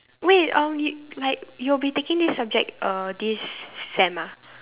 wait um you like you'll be taking this subject uh this sem ah